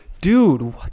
Dude